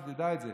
תדע את זה,